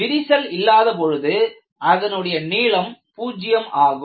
விரிசல் இல்லாத பொழுது அதனுடைய நீளம் பூஜ்யம் ஆகும்